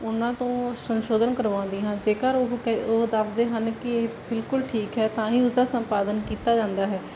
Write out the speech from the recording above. ਉਹਨਾਂ ਤੋਂ ਸੰਸ਼ੋਧਨ ਕਰਵਾਉਂਦੀ ਹਾਂ ਜੇਕਰ ਉਹ ਕਹਿੰ ਉਹ ਦੱਸਦੇ ਹਨ ਕਿ ਇਹ ਬਿਲਕੁਲ ਠੀਕ ਹੈ ਤਾਂ ਹੀ ਉਸਦਾ ਸੰਪਾਦਨ ਕੀਤਾ ਜਾਂਦਾ ਹੈ